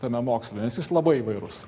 tame moksle nes jis labai įvairus